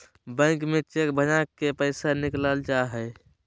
bank में cheque भंजा के पैसा निकालल जा हय